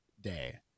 day